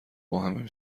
باهمیم